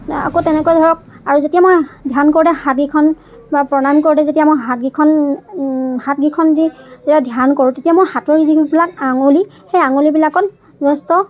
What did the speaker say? আকৌ তেনেকুৱা ধৰক আৰু যেতিয়া মই ধ্যান কৰোতে হাতকেইখন বা প্ৰণাম কৰোতে যেতিয়া মই হাতকেইখন হাতকেইখন দি পুৰা ধ্যান কৰোঁ তেতিয়া মই হাতৰ যিবিলাক আঙুলি সেই আঙুলিবিলাকত যথেষ্ট